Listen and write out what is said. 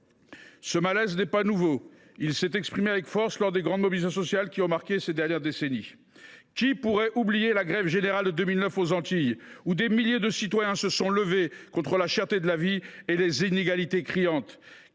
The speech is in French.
Ce malaise n’est pas nouveau. Il s’est exprimé avec force lors de grandes mobilisations sociales qui ont marqué ces dernières décennies. Qui pourrait oublier la grève générale de 2009 aux Antilles, lorsque des milliers de citoyens se sont levés contre la cherté de la vie et les inégalités criantes ?